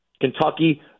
Kentucky